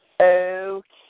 Okay